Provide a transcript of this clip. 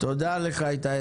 תודה לך, איתי.